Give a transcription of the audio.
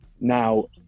Now